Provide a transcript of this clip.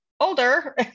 older